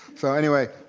so anyway,